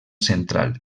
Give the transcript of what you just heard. central